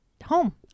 home